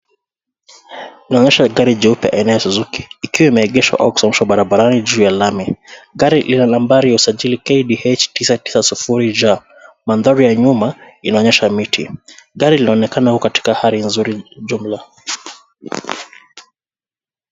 Inaonyesha gari jeupe aina ya suzuki ikiwa imeegeshwa au kusimamishwa barabarani juu ya lami . Gari iliona nambari ya usajili KDH 990J. Mandhari ya nyuma inaonyesha miti. Gari linaonekana kuwa katika hali nzuri jumla.